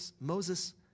Moses